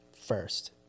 first